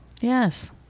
Yes